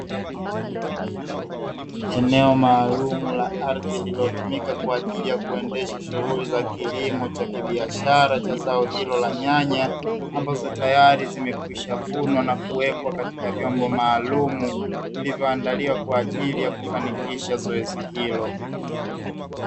Eneo maalumu la ardhi, lililotumika kwa ajili ya kuendesha shughuli za kilimo cha kibiashara; cha zao hilo la nyanya, ambazo tayari zimekwisha vunwa na kuwekwa katika vyombo maalumu; vilivyoandaliwa kwa ajili ya kufanikisha zoezi hilo.